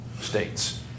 states